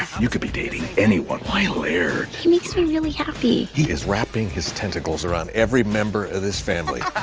you could be dating anyone. why laird? he makes me really happy. he is wrapping his tentacles around every member of this family.